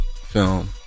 film